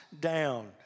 down